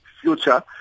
future